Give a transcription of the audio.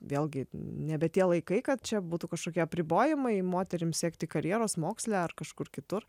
vėlgi nebe tie laikai kad čia būtų kažkokie apribojimai moterims siekti karjeros moksle ar kažkur kitur